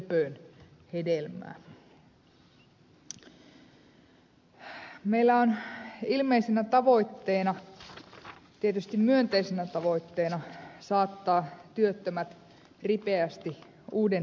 meillä on ilmeisenä tavoitteena tietysti myönteisenä tavoitteena saattaa työttömät ripeästi uuden työn syrjään